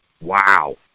wow